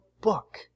book